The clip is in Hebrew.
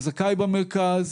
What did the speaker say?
את הזכאי במרכז.